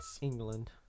England